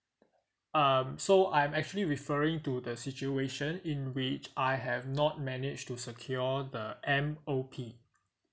um so I'm actually referring to the situation in which I have not manage to secure the M_O_P